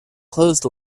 closed